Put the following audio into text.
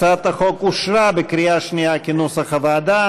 הצעת החוק אושרה בקריאה שנייה כנוסח הוועדה.